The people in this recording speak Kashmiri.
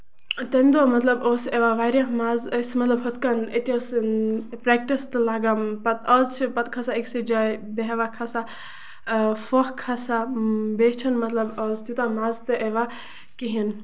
تَمہِ دۄہ مطلب اوس یِوان واریاہ مَزٕ ٲسۍ مطلب ہُتھ کَنۍ أتی ٲسۍ پرٮ۪کٹِس تہِ لَگان آز چھُ پَتہٕ لَگان أکسٕے جایہِ بٮ۪ہوان کھسان اۭں پھوٚکھ کھسان بیٚیہِ چھُنہٕ مطلب آز تیوٗتاہ مَزٕ تہِ یِوان کِہیٖنۍ نہٕ